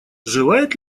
желает